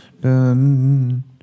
dun